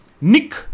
Nick